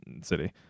city